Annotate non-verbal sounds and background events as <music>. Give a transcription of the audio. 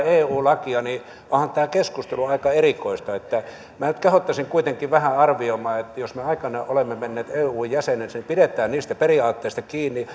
<unintelligible> eu lakia niin onhan tämä keskustelu aika erikoista minä nyt kehottaisin kuitenkin vähän arvioimaan että jos me aikanaan olemme menneet eun jäseneksi niin pidetään niistä periaatteista kiinni <unintelligible>